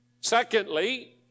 Secondly